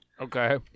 okay